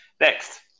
Next